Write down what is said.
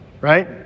right